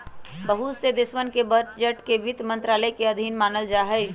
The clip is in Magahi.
बहुत से देशवन के बजट के वित्त मन्त्रालय के अधीन मानल जाहई